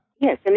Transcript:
Yes